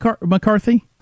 McCarthy